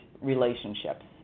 relationships